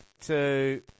two